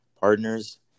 partners